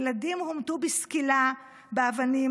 ילדים הומתו בסקילה באבנים,